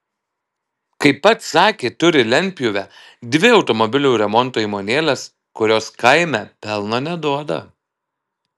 kaip pats sakė turi lentpjūvę dvi automobilių remonto įmonėles kurios kaime pelno neduoda